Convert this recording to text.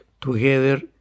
together